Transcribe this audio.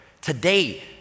today